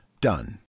Done